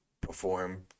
perform